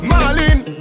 Marlene